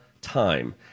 time